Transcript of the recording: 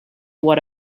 what